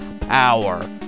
power